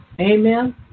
Amen